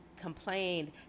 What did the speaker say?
complained